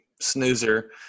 snoozer